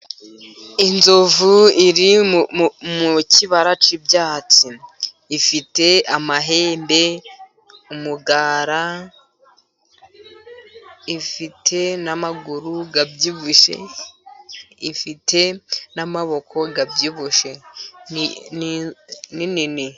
Inzovu iri mu kibara cy'ibyatsi. Ifite amahembe, umugara, ifite n'amaguru abyibushye, ifite n'amaboko abyibushye, ni nini.